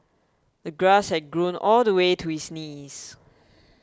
the grass had grown all the way to his knees